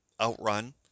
OutRun